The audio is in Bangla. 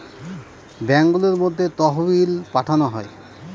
ব্যাঙ্কগুলোর মধ্যে তহবিল পাঠানো হয়